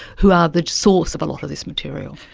who are the source of a lot of this material.